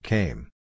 Came